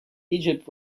egypt